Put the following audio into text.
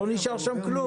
לא נשאר שם כלום.